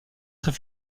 très